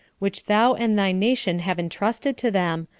which thou and thy nation have intrusted to them,